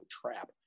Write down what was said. trap